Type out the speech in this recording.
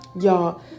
y'all